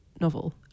novel